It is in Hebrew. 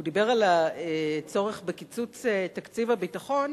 הוא דיבר על הצורך בקיצוץ תקציב הביטחון,